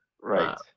right